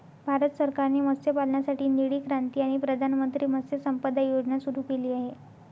भारत सरकारने मत्स्यपालनासाठी निळी क्रांती आणि प्रधानमंत्री मत्स्य संपदा योजना सुरू केली आहे